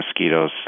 mosquitoes